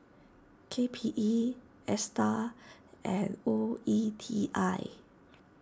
K P E Astar and O E T I